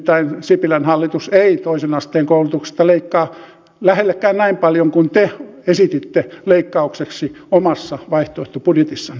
nimittäin sipilän hallitus ei toisen asteen koulutuksesta leikkaa lähellekään näin paljon kuin te esititte leikkaukseksi omassa vaalilupauksessanne